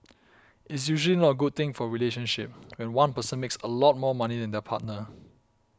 it's usually not a good thing for a relationship when one person makes a lot more money than their partner